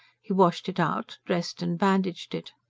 he washed it out, dressed and bandaged it.